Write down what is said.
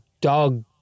dog